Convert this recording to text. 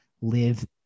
live